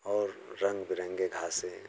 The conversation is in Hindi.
और रंग बिरंगे घाँसें